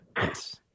Yes